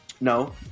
No